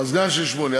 הסגן של שמולי.